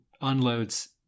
unloads